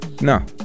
no